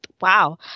wow